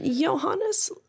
Johannes